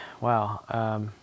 wow